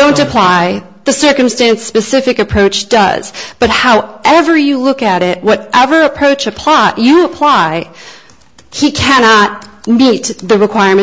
don't apply the circumstance specific approach does but how ever you look at it whatever approach apart you apply he cannot meet the requirements